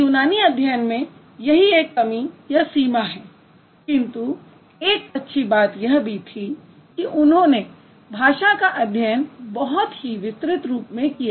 तो यूनानी अध्ययन में यही एक कमी या सीमा है किंतु एक अच्छी बात यह भी थी कि उन्होंने भाषा का अध्ययन बहुत ही विस्तृत रूप में किया